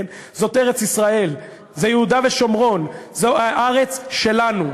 זאת ארץ-ישראל, זה יהודה ושומרון, זאת הארץ שלנו.